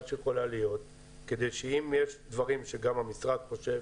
שיכולה להיות כדי שאם יש דברים שגם המשרד חושב